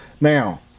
Now